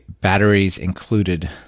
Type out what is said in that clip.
batteries-included